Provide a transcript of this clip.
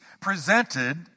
presented